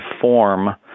form